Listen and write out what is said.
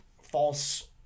false